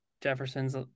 Jefferson's